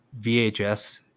VHS